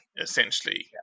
essentially